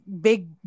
Big